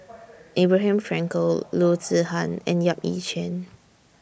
Abraham Frankel Loo Zihan and Yap Ee Chian